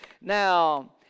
Now